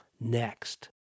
next